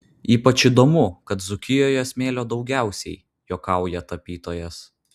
ypač įdomu kad dzūkijoje smėlio daugiausiai juokauja tapytojas